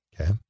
Okay